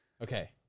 Okay